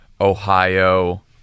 Ohio